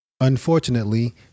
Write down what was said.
Unfortunately